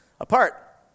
apart